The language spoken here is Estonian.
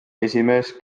esimees